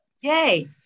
Yay